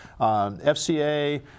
FCA